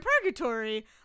purgatory